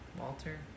Walter